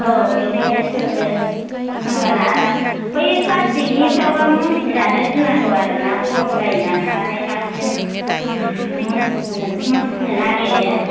औ बेवहायनो सोदो होनबाना आराम बै प्लास्टिकनिफ्रावबा मुसि जानो गिनांगौ आरोना गरम जायोनालाय बाहाय बांसिन मुसिनो नागिरो